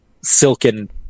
silken